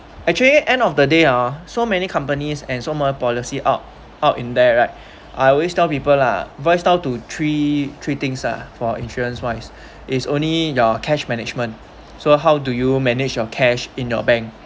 actually end of the day ah so many companies and so many policy out out in there right I always tell people lah boils down to three three things lah for insurance wise is only your cash management so how do you manage your cash in your bank